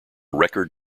record